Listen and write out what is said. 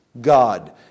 God